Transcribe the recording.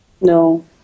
No